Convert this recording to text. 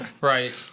Right